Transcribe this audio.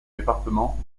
département